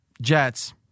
Jets